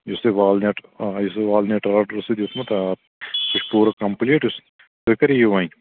یُس توہہِ والنٮ۪ٹ یُس تۄہہِ والنٮ۪ٹ آرڈر اوسُو دیُتمُت آ سُہ چھُ پوٗرٕ کَمپٕلیٖٹ یُس تُہۍ کَر یِیِو وۄنۍ